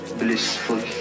blissful